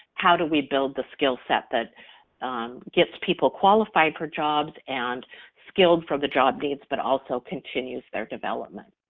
how do we build the skill set that gets people qualified for jobs, and skilled for the job needs, but also continues their development.